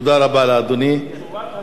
תשובת השר היתה מאוד ממצה.